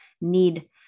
need